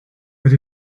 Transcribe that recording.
that